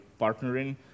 partnering